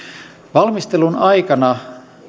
valmistelun aikana